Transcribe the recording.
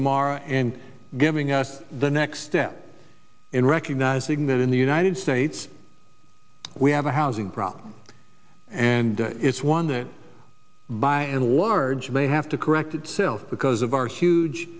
tomorrow and giving us the next step in recognizing that in the united states we have a housing problem and it's one that by and large may have to correct itself because of our huge